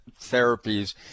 Therapies